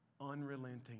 unrelenting